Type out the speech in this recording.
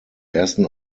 ersten